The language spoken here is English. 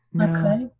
okay